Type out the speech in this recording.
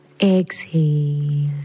Exhale